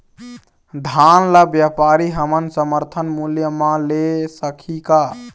धान ला व्यापारी हमन समर्थन मूल्य म ले सकही का?